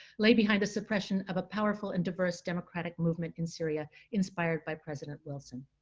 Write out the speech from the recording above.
lay behind the suppression of a powerful and diverse democratic movement in syria, inspired by president wilson.